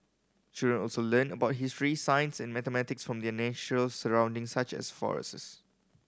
children also learned about history science and mathematics from their natural surroundings such as forests